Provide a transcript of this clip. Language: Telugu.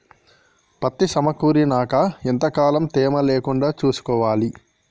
పత్తి సమకూరినాక ఎంత కాలం తేమ లేకుండా చూసుకోవాలి?